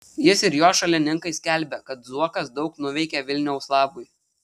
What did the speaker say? jis ir jo šalininkai skelbia kad zuokas daug nuveikė vilniaus labui